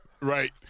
Right